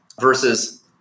versus